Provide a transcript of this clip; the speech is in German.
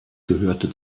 gehörte